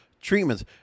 treatments